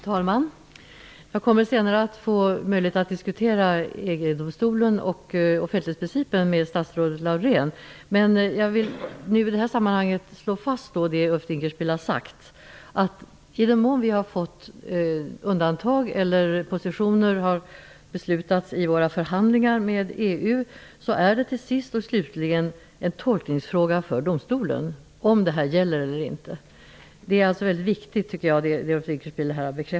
Fru talman! Jag kommer senare att få möjlighet att diskutera EU-domstolen och offentlighetsprincipen med statsrådet Laurén. Men jag vill i detta sammanhang slå fast det som Ulf Dinkelspiel har sagt. Till sist är det en fråga för domstolen att avgöra om de undantag eller positioner som har beslutats i våra förhandlingar med EU gäller eller inte. Det som Ulf Dinkelspiel har bekräftat är alltså väldigt viktigt.